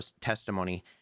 testimony